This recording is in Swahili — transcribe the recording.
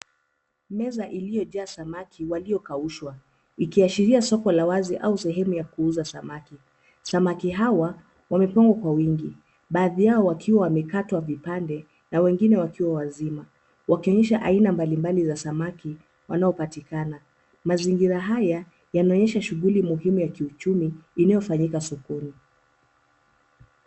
Meza iliyojaa samaki waliokaushwa. Ikiashiria soko la wazi au sehemu ya kuuza samaki. Samaki hawa, wamefungwa kwa wingi. Baadhi yao wakiwa wamekatwa vipande, na wengine wakiwa wazima. Wakionyesha aina mbalimbali za samaki, wanaopatikana. Mazingira haya, yanaonyesha shughuli muhimu ya kiuchumi, inayofanyika sokoni.